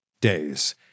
days